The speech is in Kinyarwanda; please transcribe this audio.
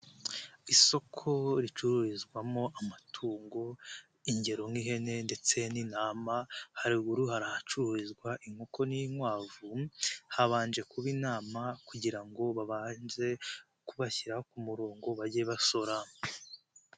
Isoko ricururizwamo amatungo, ingero nk'ihene ndetse n'intama haruguru hari ahacururizwa inkoko n'inkwavu, habanje kuba inama kugira ngo babanze kubashyira ku murongo bajye basora.